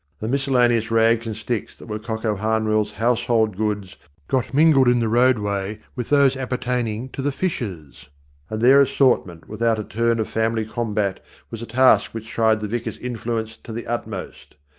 the miscellaneous rags and sticks that were cocko harnwell's house hold goods got mingled in the roadway with those appertaining to the fishers and their assortment without a turn of family combat was a task which tried the vicar's influence to the utmost.